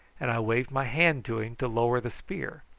and i waved my hand to him to lower the spear.